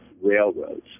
railroads